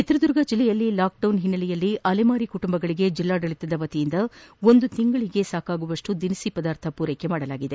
ಚಿತ್ರದುರ್ಗ ಜಿಲ್ಲೆಯಲ್ಲಿ ಲಾಕ್ಡೌನ್ ಹಿನ್ನೆಲೆಯಲ್ಲಿ ಅಲೆಮಾರಿ ಕುಟುಂಬಗಳಿಗೆ ಜಿಲ್ಲಾಡಳಿತದ ವತಿಯಿಂದ ಒಂದು ತಿಂಗಳಿಗೆ ಆಗುವಷ್ಟು ದಿನಸಿ ಪದಾರ್ಥ ಪೂರೈಕೆ ಮಾಡಲಾಗಿದೆ